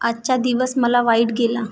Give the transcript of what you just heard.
आजचा दिवस मला वाईट गेला